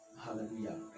Hallelujah